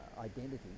identity